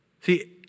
See